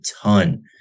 ton